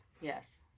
Yes